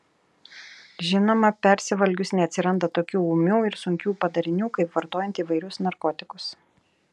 žinoma persivalgius neatsiranda tokių ūmių ir sunkių padarinių kaip vartojant įvairius narkotikus